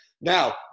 Now